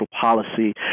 Policy